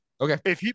Okay